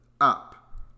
Up